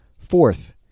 Fourth